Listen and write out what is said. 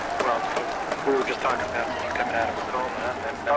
well, we were just talking about you coming out of a coma and